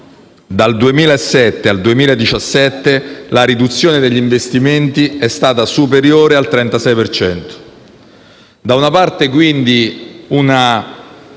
Dal 2007 al 2017, la riduzione degli investimenti è stata superiore al 36 per cento. Da una parte, quindi, una